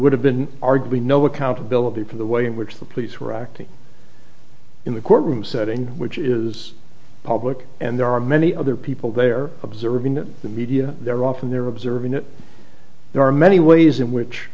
would have been arguing no accountability for the way in which the police were acting in the courtroom setting which is public and there are many other people there observing the media they're often there observing it there are many ways in which